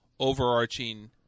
overarching